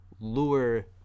lure